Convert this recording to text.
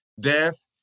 death